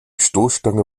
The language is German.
stoßstange